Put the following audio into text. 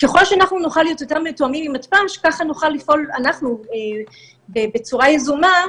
ככל שנוכל להיות יותר מתואמים עם מתפ"ש ככה נוכל לפעול בצורה יזומה,